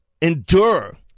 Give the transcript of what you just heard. endure